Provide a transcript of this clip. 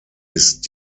ist